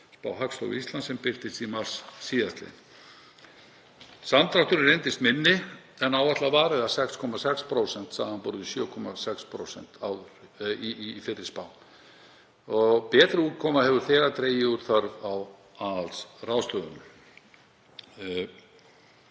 Hagstofu Íslands sem birtist í mars sl. Samdrátturinn reyndist minni en áætlað var, eða 6,6% samanborið við 7,6% í fyrri spá og betri útkoma hefur þegar dregið úr þörf á aðhaldsráðstöfunum.